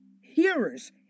hearers